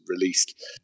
released